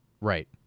Right